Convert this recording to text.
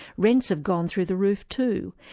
rents have gone through the roof, too.